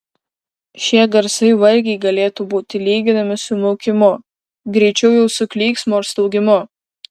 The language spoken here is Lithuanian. šie garsai vargiai galėtų būti lyginami su miaukimu greičiau jau su klyksmu ar staugimu